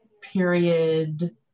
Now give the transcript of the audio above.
period